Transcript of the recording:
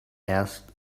asked